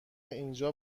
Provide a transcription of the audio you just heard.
اینجا